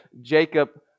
Jacob